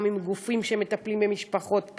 גם עם גופים שמטפלים במשפחות פשע.